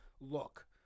look